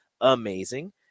amazing